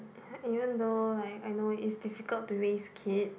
even even though I know like it's difficult to raise kid